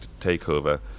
takeover